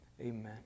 amen